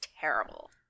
terrible